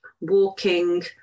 walking